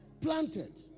Planted